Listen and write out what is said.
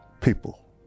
people